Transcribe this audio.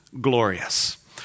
glorious